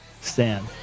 stand